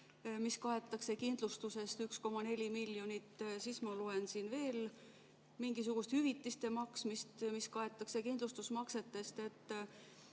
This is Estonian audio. mis kaetakse kindlustusest, 1,4 miljonit, siis ma loen veel mingisuguste hüvitiste maksmisest, mis kaetakse kindlustusmaksetest.